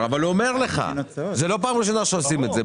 הוא אומר לך שזו לא הפעם הראשונה שעושים את זה.